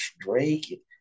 Drake